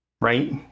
right